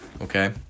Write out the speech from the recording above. Okay